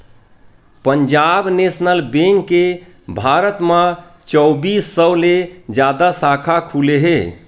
Punjab national bank के भारत म चौबींस सौ ले जादा साखा खुले हे